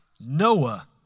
Noah